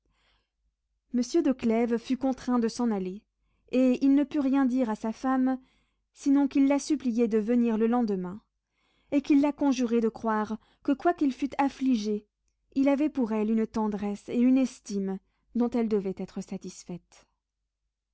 monsieur de clèves fut contraint de s'en aller et il ne put rien dire à sa femme sinon qu'il la suppliait de venir le lendemain et qu'il la conjurait de croire que quoiqu'il fût affligé il avait pour elle une tendresse et une estime dont elle devait être satisfaite